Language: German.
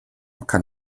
kann